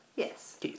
Yes